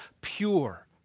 pure